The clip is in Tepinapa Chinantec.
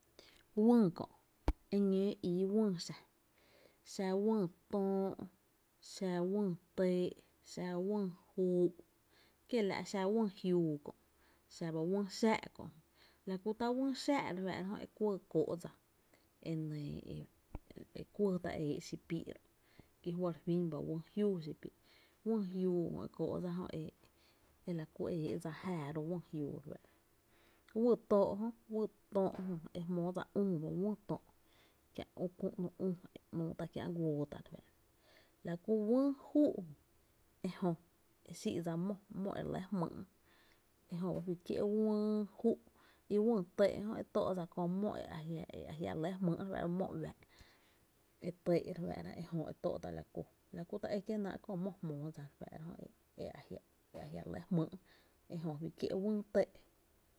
Wÿÿ kö’ eñóó ii wÿÿ xa: xá wÿÿ töö’, xa wÿÿ tɇɇ’, xa wÿÿ juu’, kiela’ xa wÿÿ jiúú kö’, xa ba wÿÿ xáá’ kö’, la ku tá’ wÿÿ xáá’ e kóó’ dsa enɇɇ e e kuɇɇta´’ e éé’ xipíí’ ro’ ki fɇ’ re fín ba wÿÿ jiúu, wÿÿ jiuu e kóó’ e la ku e éé’ dsa jáaá, wÿÿ töö jö wÿÿ töö jö e jmoo dsa üü ba wÿÿ töö’ kiä’ küü ‘nú üü, e ‘nüü tá’ kiä’ guoo tá’, la kú wÿÿ juu’ ejö e xii’ dsa mó, mó e re ‘lɇ jmýy’ e jö ba fí kié’ wÿÿ juu’ i wÿÿ tɇɇ’ jö e tó’ dsa kö mó e a jia’, e a jia’ re lɇ jmýy’ re fáá’ra mó uⱥⱥ’ e tɇɇ’ re fáá’ra, ejö e tóó’ tá’ la ku, la kú ta e kie náá’ köö mó e jmoo dsa e a jia’ re lɇ jmýy’ ejö fí kié’ wÿÿ tɇɇ’.